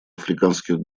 африканских